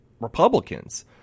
Republicans